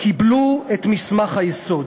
קיבלו את מסמך היסוד,